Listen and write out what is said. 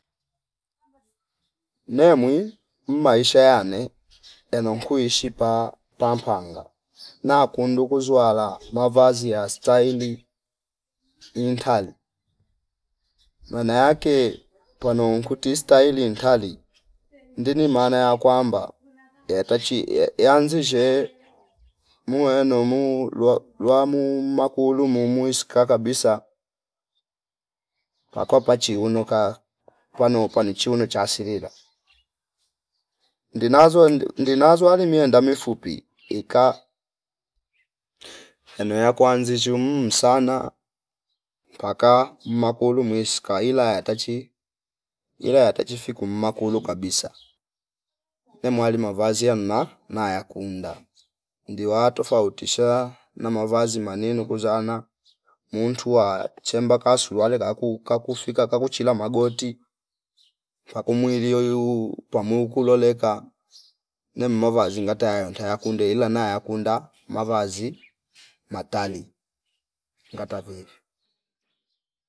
Nemwi mmaisha yane yano nkuishi pa- pampapanga nakundu kuzwla mavazi ya staili ntai maana ake pano nkuti staili ntailki ndini maana ya kwamba yatachi ye yanzishe muweno mu rwa- rwamu makulu mumu iska kabisa pako pachi unoka kwanu kwanichune cha silila ndinazo- ndinazwani miyenda mifupi ika pano ya kuanzishu mhh sana paka mmakulu mwiska ila yatachi ila yatachi fiku mmkalo kabisa kwe mwali mavazi ya mma- mmayakunda nidwa tafoutisha na mavazi manino kuzana muntu wa chemba ka suruale kaku- kakufika kakuchila magoti pako mwili pamo kuloleka ne mmavazi ngata ya ntayakunde ila nayakunda mavazi matali ngata vivi